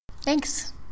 Thanks